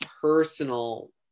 personal